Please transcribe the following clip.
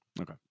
Okay